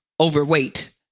overweight